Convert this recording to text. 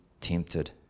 tempted